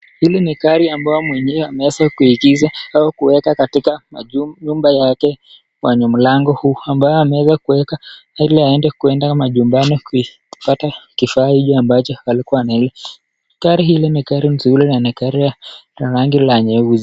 Hili ni gari ambalo mwenyewe ameweza kuegeza au kuweka katika nyumba yake, kwenye mlango huu ambayo ameweza kueka ili aende kuenda majumbani kupata kifaa hicho ambacho alikuwa anahitaji. Gari hili ni gari nzuri na ni gari la rangi ya nyeusi.